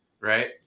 right